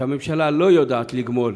שהממשלה לא יודעת לגמול